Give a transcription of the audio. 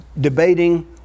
debating